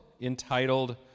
entitled